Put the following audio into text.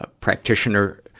practitioner